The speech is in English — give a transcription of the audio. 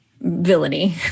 villainy